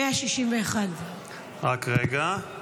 161. רק רגע.